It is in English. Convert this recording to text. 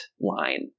line